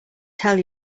tell